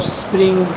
spring